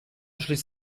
schließt